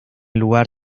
lugar